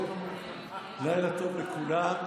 לילה טוב לכולם,